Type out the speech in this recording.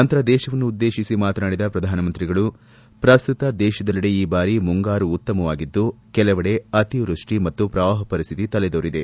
ನಂತರ ದೇಶವನ್ನುದ್ದೇಶಿಸಿ ಮಾತನಾಡಿದ ಪ್ರಧಾನ ಮಂತ್ರಿಗಳು ಪ್ರಸ್ತುತ ದೇಶದಲ್ಲೆಡೆ ಈ ಬಾರಿ ಮುಂಗಾರು ಉತ್ತಮವಾಗಿದ್ದು ಕೆಲವೆಡೆ ಅತಿವ್ಯಸ್ಟಿ ಮತ್ತು ಪ್ರವಾಹ ಪರಿಸ್ಥಿತಿ ತಲೆದೋರಿದೆ